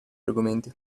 argomenti